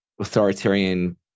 authoritarian